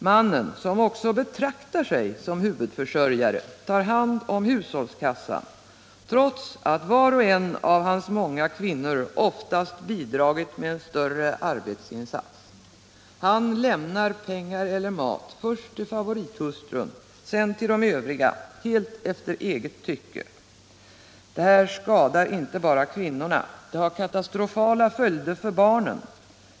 Mannen som betraktar sig som huvudförsörjare, tar hand om hushållskassan, trots att var och en av hans många kvinnor oftast bidragit med en större arbetsinsats. Han lämnar pengar eller mat först till favorithustrun och sedan till de övriga, helt efter eget tycke. Det här skadar inte bara kvinnorna, det har också katastrofala följder för barnen.